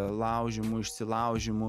laužymų išsilaužimų